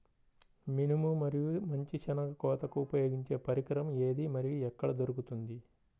మినుము మరియు మంచి శెనగ కోతకు ఉపయోగించే పరికరం ఏది మరియు ఎక్కడ దొరుకుతుంది?